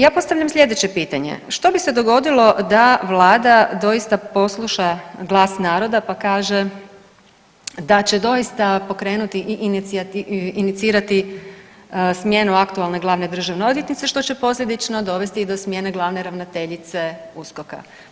Ja postavljam sljedeće pitanje, što bi se dogodilo da Vlada doista posluša glas naroda, pa kaže da će doista pokrenuti i inicirati smjenu aktualne glavne državne odvjetnice, što će posljedično dovesti i do smjene glavne ravnateljice USKOK-a.